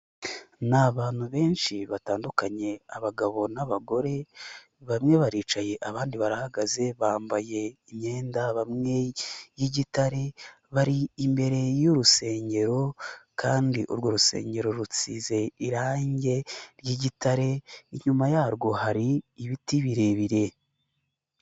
Ni abantu benshi batandukanye, abagabo n'abagore, bamwe baricaye, abandi barahagaze, bambaye imyenda, bamwe y'igitare bari imbere y'urusengero kandi urwo rusengero rusize irangi ry'igitare, inyuma yarwo hari ibiti birebire.